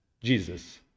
Jesus